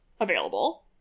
available